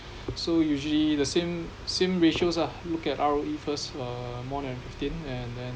so usually the same same ratios ah look at R_O_E first uh more than fifteen and then